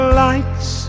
lights